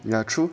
ya true